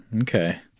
okay